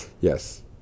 Yes